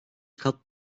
kat